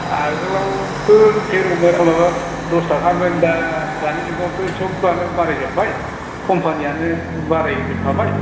आगोलावथ' थेर'मोन माबा दस ताखामोन दा दानि जुगावथ' सोबानो बाराय जोबबाय कम्पानीयानो बाराय होजोब खाबाय